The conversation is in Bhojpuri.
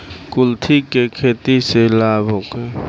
कुलथी के खेती से लाभ होखे?